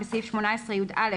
בסעיף 18יא,